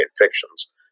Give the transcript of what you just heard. infections